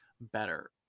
better